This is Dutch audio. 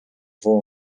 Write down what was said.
voor